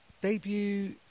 Debut